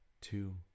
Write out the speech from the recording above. two